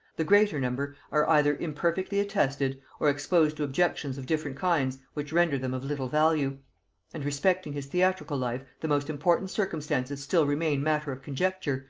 the greater number are either imperfectly attested, or exposed to objections of different kinds which render them of little value and respecting his theatrical life the most important circumstances still remain matter of conjecture,